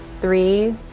three